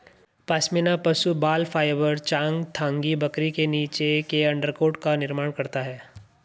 पश्मीना पशु बाल फाइबर चांगथांगी बकरी के नीचे के अंडरकोट का निर्माण करता है